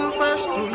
first